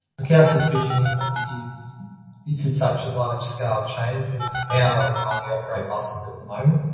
look our suspicion is, is this is such a large scale change of how um we operate buses at the moment,